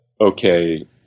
Okay